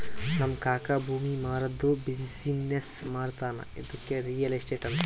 ನಮ್ ಕಾಕಾ ಭೂಮಿ ಮಾರಾದ್ದು ಬಿಸಿನ್ನೆಸ್ ಮಾಡ್ತಾನ ಇದ್ದುಕೆ ರಿಯಲ್ ಎಸ್ಟೇಟ್ ಅಂತಾರ